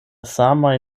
samaj